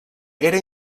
era